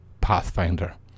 Pathfinder